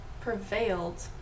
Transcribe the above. prevailed